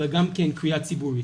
אלא גם כן קביעה ציבורית.